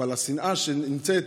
אבל השנאה שנמצאת